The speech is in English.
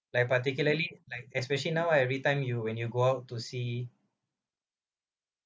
like particularly like especially now every time you when you go out to sea